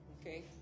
Okay